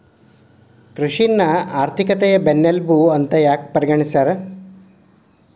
ಕೃಷಿನ ಆರ್ಥಿಕತೆಯ ಬೆನ್ನೆಲುಬು ಅಂತ ಯಾಕ ಪರಿಗಣಿಸ್ಯಾರ?